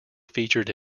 featured